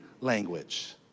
language